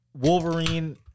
Wolverine